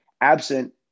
absent